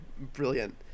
brilliant